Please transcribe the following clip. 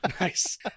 Nice